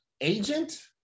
agent